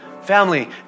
Family